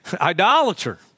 idolater